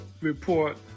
report